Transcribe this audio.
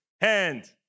hand